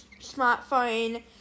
smartphone